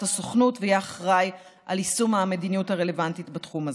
הסוכנות ויהיה אחראי ליישום המדיניות הרלוונטית בתחום הזה.